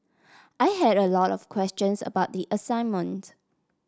I had a lot of questions about the assignment